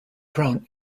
crown